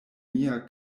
mia